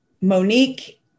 Monique